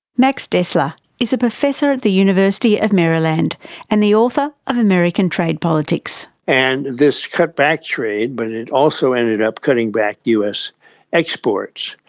destler is a professor at the university of maryland and the author of american trade politics. and this cut back trade but it also ended up cutting back us exports.